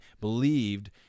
believed